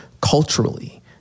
culturally